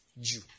Jew